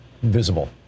Visible